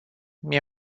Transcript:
mie